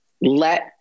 let